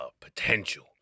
potential